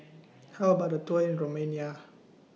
How about A Tour in Romania